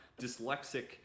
dyslexic